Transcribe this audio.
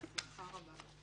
בשמחה רבה.